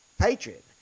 patriot